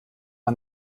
man